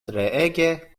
treege